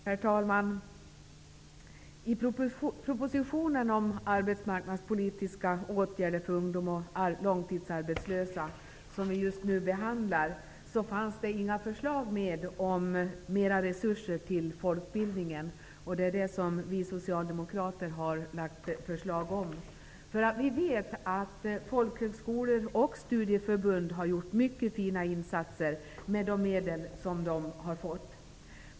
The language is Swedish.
Herr talman! I propositionen om arbetsmarknadspolitiska åtgärder för ungdomar och långtidsarbetslösa, som vi just nu behandlar, fanns det inga förslag om mera resurser till folkbildningen. Det är det som vi socialdemokrater har lagt fram ett förslag om. Vi vet att folkhögskolor och studieförbund har gjort mycket fina insatser med de medel som de har tilldelats.